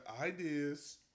ideas